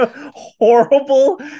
horrible